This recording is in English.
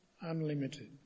unlimited